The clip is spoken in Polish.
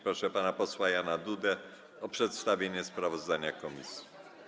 Proszę pana posła Jana Dudę o przedstawienie sprawozdania komisji.